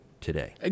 today